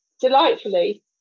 delightfully